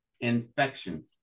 Infection